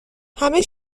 همه